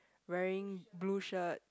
wearing blue shirt